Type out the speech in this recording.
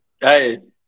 Hey